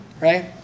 right